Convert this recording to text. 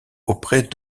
auprès